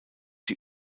die